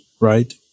right